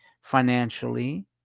financially